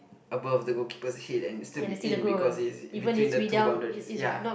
above the goalkeeper's head and still be in because it's in between the two boundaries ya